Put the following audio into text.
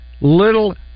little